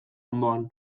ondoan